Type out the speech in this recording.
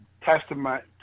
testament